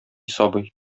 сабый